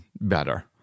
better